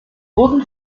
wurden